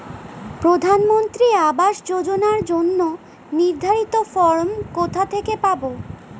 প্রধানমন্ত্রী আবাস যোজনার জন্য নির্ধারিত ফরম কোথা থেকে পাব?